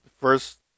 First